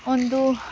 ಒಂದು